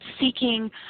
seeking